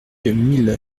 mille